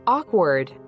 Awkward